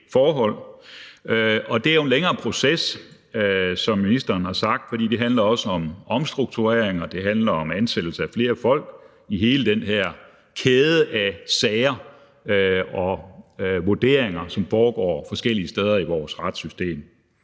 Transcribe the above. på. Det er jo en længere proces, som ministeren har sagt, fordi det også handler om omstruktureringer, og det handler om ansættelse af flere folk i hele den her kæde af sager og vurderinger, som foregår forskellige steder i vores retssystem.